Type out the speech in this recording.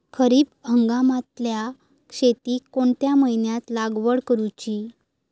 खरीप हंगामातल्या शेतीक कोणत्या महिन्यात लागवड करूची?